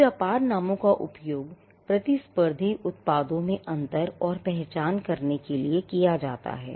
तो व्यापार नामों का उपयोग प्रतिस्पर्धी उत्पादों में अंतर और पहचान करने के लिए किया जाता है